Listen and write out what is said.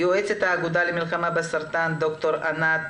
ד"ר ענת גבר יועצת האגודה למלחמה בסרטן בבקשה.